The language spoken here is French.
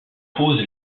pose